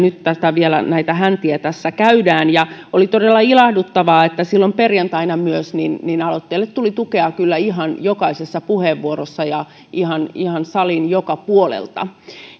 nyt vielä näitä häntiä tässä käydään oli todella ilahduttavaa että silloin perjantaina aloitteelle tuli myös tukea ihan jokaisessa puheenvuorossa ja ihan ihan salin joka puolelta